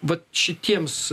vat šitiems